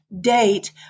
date